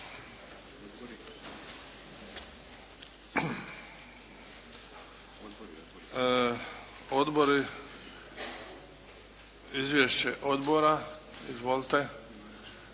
Odbori, izvješće odbora. Izvolite,